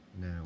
Now